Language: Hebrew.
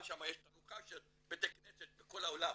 שם יש תערוכה של בתי כנסת מכל העולם.